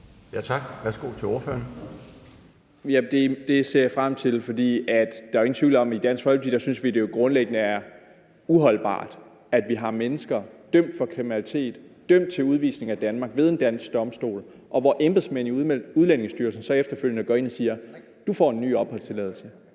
Kl. 13:00 Mikkel Bjørn (DF): Det ser jeg frem til, for der er ingen tvivl om, at i Dansk Folkeparti synes vi, at det grundlæggende er uholdbart, at vi har mennesker, som er dømt for kriminalitet og dømt til udvisning af Danmark ved en dansk domstol, og til hvem embedsmænd i Udlændingestyrelsen så efterfølgende går ind og siger: Du får en ny opholdstilladelse.